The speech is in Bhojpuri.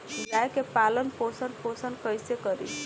गाय के पालन पोषण पोषण कैसे करी?